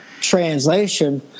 translation